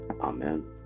Amen